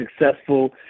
successful